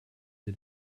sie